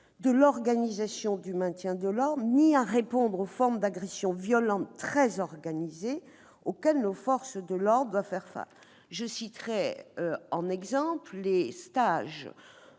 de l'organisation du maintien de l'ordre. Elle ne saurait davantage répondre aux formes d'agressions violentes très organisées auxquelles nos forces de l'ordre doivent faire face. Je citerai l'exemple des stages